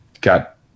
got